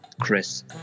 Chris